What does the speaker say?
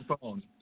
phone